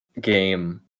game